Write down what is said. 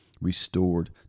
restored